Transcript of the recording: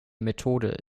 methode